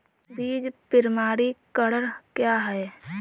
बीज प्रमाणीकरण क्या है?